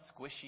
squishy